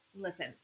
listen